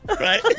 right